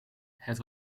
het